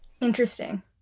Interesting